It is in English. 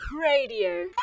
Radio